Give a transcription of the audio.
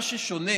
מה ששונה